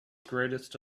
greatest